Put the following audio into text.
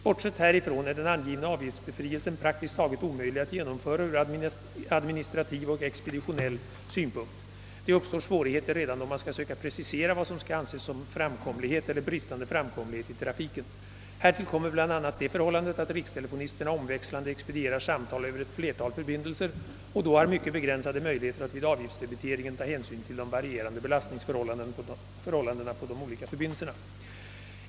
Bortsett härifrån är den angivna avgiftsbefrielsen praktiskt taget omöjligt att genomföra ur administrativ och expeditionell synpunkt. Det uppstår svårigheter redan då man skall söka precisera vad som skall anses såsom framkomlighet eller bristande framkomlighet i trafiken. Härtill kommer bl.a. det förhållandet, att rikstelefonisterna omväxlande expedierar samtal över ett flertal förbindelser och då har mycket begränsade möjligheter att vid avgiftsdebiteringen ta hänsyn till de varierande belastningsförhållandena på de olika förbindelserna.